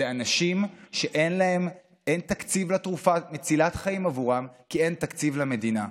יש אנשים שאין תקציב לתרופה מצילת חיים עבורם כי אין תקציב למדינה.